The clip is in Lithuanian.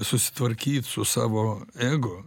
susitvarkyt su savo ego